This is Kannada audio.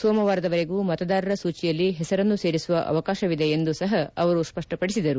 ಸೋಮವಾರದವರೆಗೂ ಮತದಾರರ ಸೂಚಿಯಲ್ಲಿ ಹೆಸರನ್ನು ಸೇರಿಸುವ ಅವಕಾಶವಿದೆ ಎಂದು ಸಪ ಅವರು ಸ್ಪಷ್ಷಪಡಿಸಿದರು